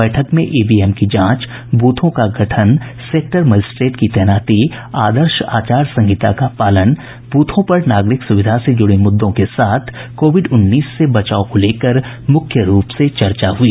बैठक में ईवीएम की जांच बूथों का गठन सेक्टर मजिस्ट्रेट की तैनाती आदर्श आचार संहिता का पालन बूथों पर नागरिक सुविधा से जुड़े मुद्दों के साथ कोविड उन्नीस से बचाव को लेकर मुख्य रूप से चर्चा हुई